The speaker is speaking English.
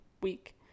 week